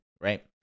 right